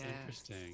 interesting